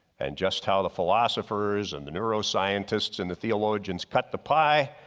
and just how the philosophers and the neuro scientists and the theologians cut the pie,